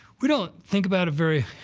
we don't think about it very,